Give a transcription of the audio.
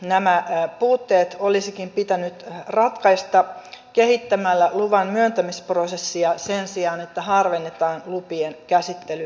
nämä puutteet olisikin pitänyt ratkaista kehittämällä luvan myöntämisprosessia sen sijaan että harvennetaan lupien käsittelyväliä